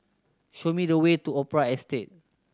show me the way to Opera Estate